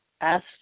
asked